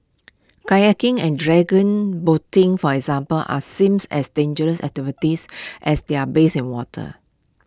kayaking and dragon boating for example are seems as dangerous activities as they are based in water